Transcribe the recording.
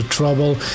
Trouble